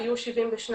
היו 72 משתתפים.